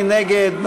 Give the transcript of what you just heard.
מי נגד?